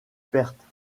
pertes